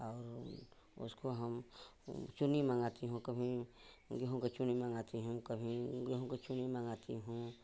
और उसको हम चुनी मंगाती हूँ कभी गेहूँ की चुनी मंगाती हूँ कभी गेहूँ का चुनी मंगाती हूँ